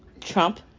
Trump